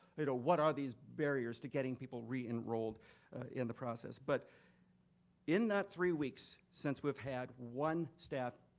you know what are these barriers to getting people re-enrolled in the process. but in that three weeks since we've had one staff